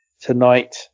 tonight